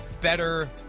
better